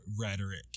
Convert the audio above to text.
rhetoric